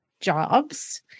jobs